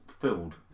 filled